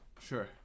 Sure